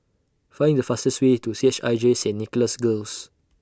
Find The fastest Way to C H I J Saint Nicholas Girls